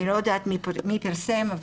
אני לא יודעת מי פרסם.